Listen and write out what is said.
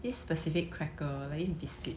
this specific cracker like this biscuit